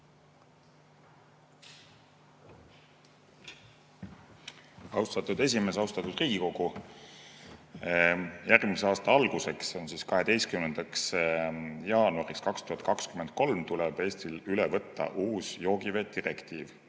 Austatud [ase]esimees! Austatud Riigikogu! Järgmise aasta alguseks, 12. jaanuariks 2023 tuleb Eestil üle võtta uus joogivee direktiiv,